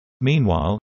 Meanwhile